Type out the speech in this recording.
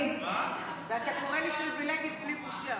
ואתה קורא לי פריבילגית בלי בושה.